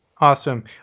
Awesome